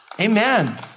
Amen